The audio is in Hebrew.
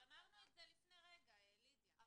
אבל אמרנו את זה לפני רגע, לידיה.